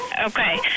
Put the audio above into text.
Okay